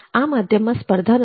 આ માધ્યમમાં સ્પર્ધા નથી